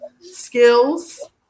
skills